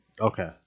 Okay